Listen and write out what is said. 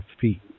feet